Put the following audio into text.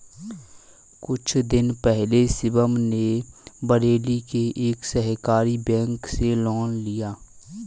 कुछ दिन पहले शिवम ने बरेली के एक सहकारी बैंक से लोन लिया